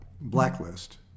blacklist